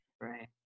Right